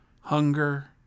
Hunger